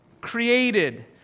Created